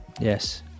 Yes